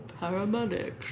paramedics